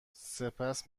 سپس